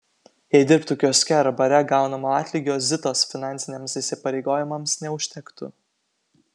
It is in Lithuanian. jei dirbtų kioske ar bare gaunamo atlygio zitos finansiniams įsipareigojimams neužtektų